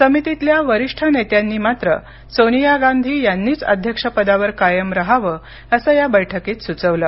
समितीतल्या वरिष्ठ नेत्यांनी मात्र सोनिया गांधी यांनीच अध्यक्षपदावर कायम रहावं असं या बैठकीत सुचवलं